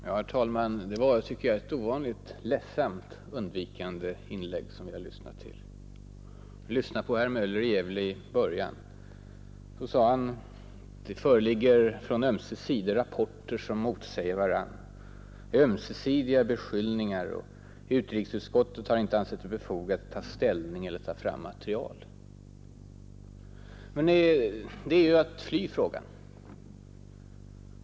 Herr talman! Det var, tyckte jag, ett ovanligt ledsamt undvikande 75 inlägg som vi nu lyssnade till. I början av sitt anförande sade herr Möller i Gävle att det från båda sidor föreligger rapporter som motsäger varandra, att det förekommer ömsesidiga beskyllningar och att utrikesutskottet inte har ansett det befogat att ta ställning eller ta fram material. Det är ju att fly frågan.